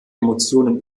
emotionen